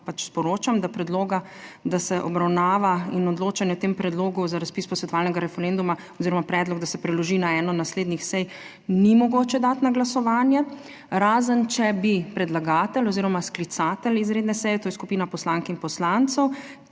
predloga, da se obravnava in odločanje o tem predlogu za razpis posvetovalnega referenduma oziroma predlog, da se preloži na eno naslednjih sej, ni mogoče dati na glasovanje, razen če bi predlagatelj oziroma sklicatelj izredne seje, to je skupina poslank in poslancev,